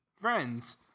friends